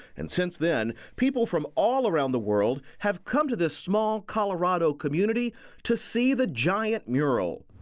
and since then, people from all around the world have come to this small colorado community to see the giant mural.